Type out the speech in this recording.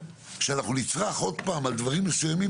כשאנחנו נצרח עוד פעם על דברים מסוימים,